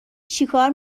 چیکار